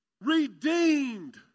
Redeemed